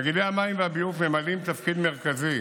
תאגידי המים והביוב ממלאים תפקיד מרכזי